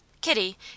Kitty